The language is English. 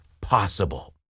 possible